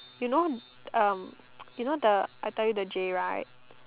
you know um you know the I tell you the Jay right